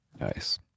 Nice